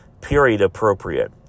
period-appropriate